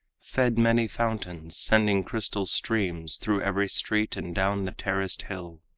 fed many fountains, sending crystal streams through every street and down the terraced hill,